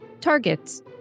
Targets